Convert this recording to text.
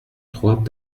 trois